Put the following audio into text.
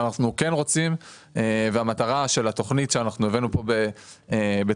אבל המטרה של התכנית שהבאנו פה בתחום